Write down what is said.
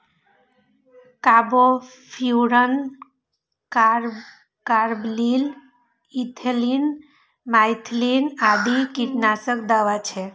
carbofuran, carbaryl, ethylene, methylene आदि कीटनाशक दवा छियै